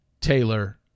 Taylor